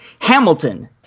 Hamilton